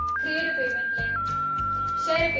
create a payment link share